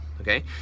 okay